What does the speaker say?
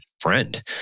Friend